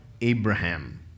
Abraham